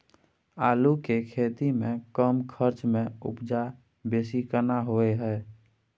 आलू के खेती में कम खर्च में उपजा बेसी केना होय है?